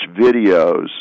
videos